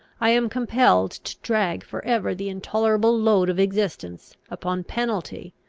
i am compelled to drag for ever the intolerable load of existence, upon penalty,